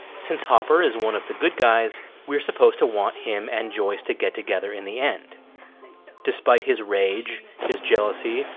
since hopper is one of the good guys we're supposed to want him and joyce to get together in the end despite his rage, his jealousy,